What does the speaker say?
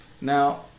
Now